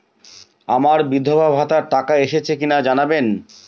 আমার বিধবাভাতার টাকা এসেছে কিনা জানাবেন?